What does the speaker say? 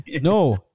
No